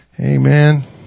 Amen